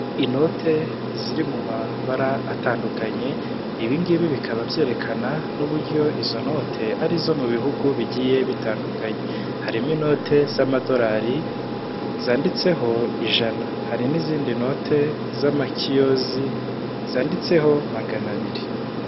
Inote ziri mu mabara atandukanye, ibingibi bikaba byerekana n'uburyo izo note arizo mu bihugu bigiye bitandukanye, harimo inote z'amadorari zanditseho ijana, hari n'izindi note z'amakiyoze zanditseho magana abiri.